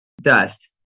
dust